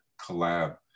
collab